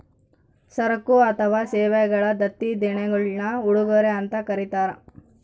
ಸರಕು ಅಥವಾ ಸೇವೆಗಳ ದತ್ತಿ ದೇಣಿಗೆಗುಳ್ನ ಉಡುಗೊರೆ ಅಂತ ಕರೀತಾರ